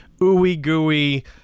ooey-gooey